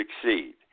succeed